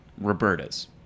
Roberta's